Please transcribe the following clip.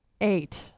eight